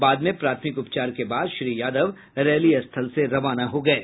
बाद में प्राथमिक उपचार के बाद श्री यादव रैली स्थल से रवाना हो गये